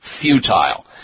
Futile